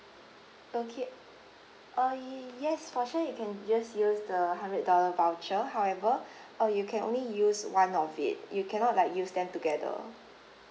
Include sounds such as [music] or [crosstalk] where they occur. okay uh yes for sure you can just use the hundred dollar voucher however [breath] uh you can only use one of it you cannot like use them together